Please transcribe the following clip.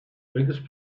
biggest